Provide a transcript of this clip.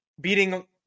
beating